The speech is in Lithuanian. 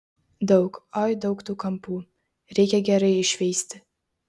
daug oi daug tų kampų reikia gerai iššveisti